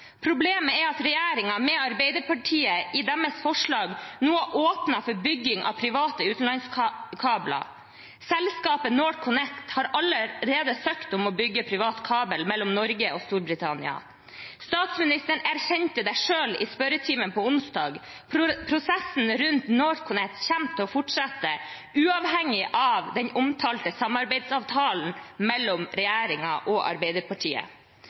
Problemet er at regjeringen, med Arbeiderpartiet, i sitt forslag nå har åpnet for bygging av private utenlandskabler. Selskapet NorthConnect har allerede søkt om å bygge privat kabel mellom Norge og Storbritannia. Statsministeren erkjente det selv i spørretimen på onsdag. Prosessen rundt NorthConnect kommer til å fortsette, uavhengig av den omtalte samarbeidsavtalen mellom regjeringen og Arbeiderpartiet.